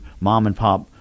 mom-and-pop